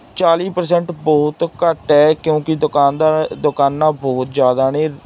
ਚਾਲੀ ਪਰਸੈਂਟ ਬਹੁਤ ਘੱਟ ਹੈ ਕਿਉਂਕਿ ਦੁਕਾਨਦਾਰ ਦੁਕਾਨਾਂ ਬਹੁਤ ਜ਼ਿਆਦਾ ਨੇ